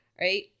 right